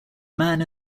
man